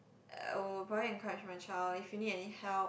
~I would probably encourage my child if you need any help